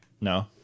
No